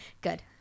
good